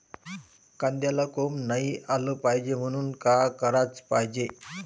कांद्याला कोंब नाई आलं पायजे म्हनून का कराच पायजे?